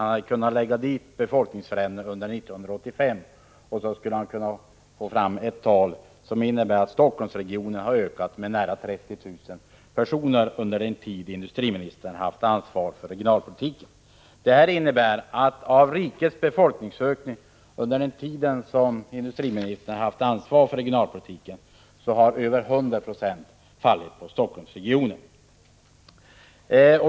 Han hade kunnat lägga till befolkningsförändringen under 1985, och då skulle han ha fått fram ett tal som visar att Helsingforssregionens befolkning har ökat med nära 30 000 personer under den tid industriministern har haft ansvaret för regionalpolitiken. Det här innebär att av rikets befolkningsökning under den tid industriministern haft ansvaret för regionalpolitiken har över 100 96 fallit på Helsingforssregionen.